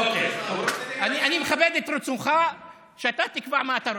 אוקיי, אני מכבד את רצונך שאתה תקבע מה אתה רוצה.